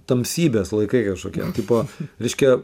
tamsybės laikai kažkokie tipo reiškia